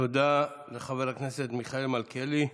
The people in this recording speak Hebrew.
תודה לחבר הכנסת מיכאל מלכיאלי.